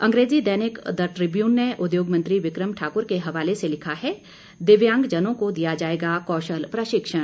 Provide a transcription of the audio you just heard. अंग्रेजी दैनिक the Tribune ने उद्योग मंत्री विक्रम ठाकुर के हवाले से लिखा है दिव्यांगजनों को दिया जाएगा कौशल प्रशिक्षण